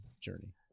Journey